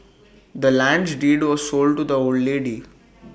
the land's deed was sold to the old lady